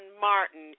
Martin